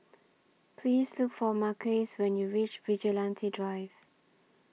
Please Look For Marques when YOU REACH Vigilante Drive